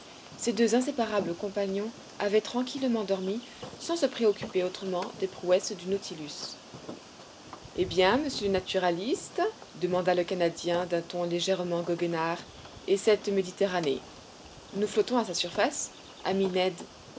ces deux inséparables compagnons avaient tranquillement dormi sans se préoccuper autrement des prouesses du nautilus eh bien monsieur le naturaliste demanda le canadien d'un ton légèrement goguenard et cette méditerranée nous flottons à sa surface ami ned